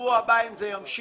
בשבוע הבא, אם זה ימשיך,